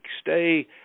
stay